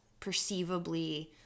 perceivably